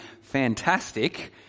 fantastic